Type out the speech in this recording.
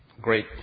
great